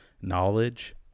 knowledge